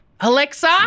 Alexa